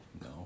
No